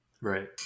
Right